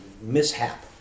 mishap